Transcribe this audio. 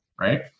right